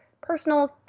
personal